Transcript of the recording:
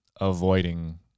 avoiding